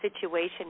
situation